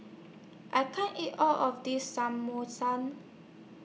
I can't eat All of This Samosa